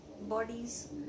bodies